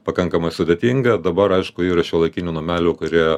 pakankamai sudėtinga dabar aišku yra šiuolaikinių namelių kurie